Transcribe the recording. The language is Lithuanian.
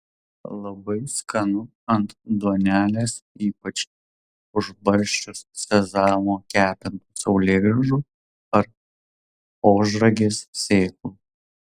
labai skanu ant duonelės ypač užbarsčius sezamo kepintų saulėgrąžų ar ožragės sėklų